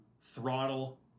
throttle